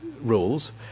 rules